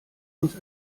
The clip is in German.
uns